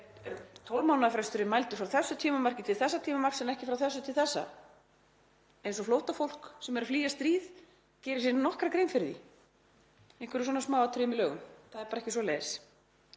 12 mánaða fresturinn mældur frá þessu tímamarki til þessa tímamarks en ekki frá þessu til þessa — eins og flóttafólk sem er að flýja stríð geri sér nokkra grein fyrir því, einhverjum smáatriðum í lögum. Það er bara ekki svoleiðis.